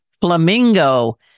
Flamingo